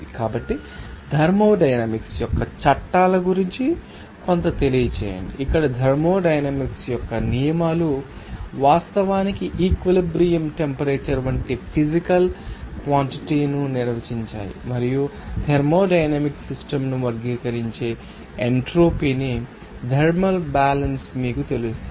కాబట్టి థర్మోడైనమిక్స్ యొక్క చట్టాల గురించి మాకు కొంత తెలియజేయండి ఇక్కడ థర్మోడైనమిక్స్ యొక్క నియమాలు వాస్తవానికి ఈక్విలిబ్రియం టెంపరేచర్ వంటి ఫీజికల్ క్వాన్టటి ను నిర్వచించాయి మరియు థర్మోడైనమిక్స్ సిస్టమ్ ను వర్గీకరించే ఎంట్రోపీని థర్మల్ బ్యాలన్స్ మీకు తెలుస్తాయి